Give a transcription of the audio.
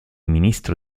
ministro